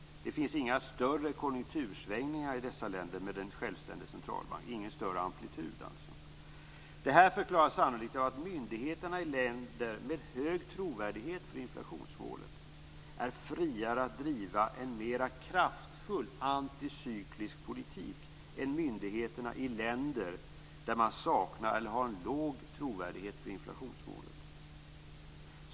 Det finns inga större konjunktursvängningar i länder med en självständig centralbank, ingen större amplitud alltså. Det här förklaras sannolikt av att myndigheterna i länder med hög trovärdighet för inflationsmålet är friare att driva en mera kraftfull anticyklisk politik än myndigheterna i länder där man saknar eller har låg trovärdighet för inflationsmålet.